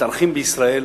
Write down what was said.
מתארחים בישראל